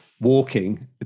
walking